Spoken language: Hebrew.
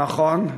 נכון.